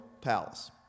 palace